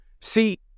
see